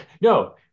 No